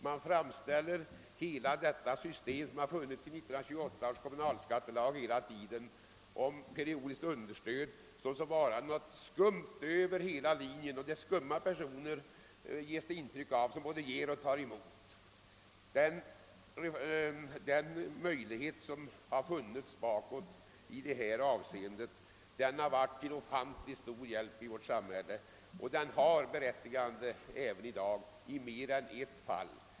Man framställer hela det system med periodiskt understöd som har funnits i 1928 års kommunalskattelag som något skumt och att det är skumma personer som både ger och tar emot sådana understöd tycks man vilja ge ett intryck av. Men denna möjlighet, som alltså har funnits under många år, har varit till oerhört stor hjälp i vårt samhälle. Den har berättigande även i dag i mer än ett fall.